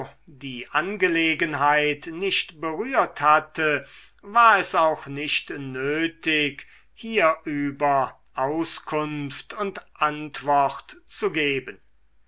die angelegenheit nicht berührt hatte war es auch nicht nötig hierüber auskunft und antwort zu geben